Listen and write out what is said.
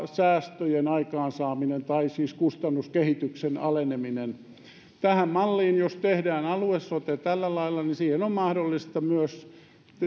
säästöjen aikaansaaminen tai siis kustannuskehityksen aleneminen tähän malliin jos tehdään alue sote tällä lailla on mahdollista myös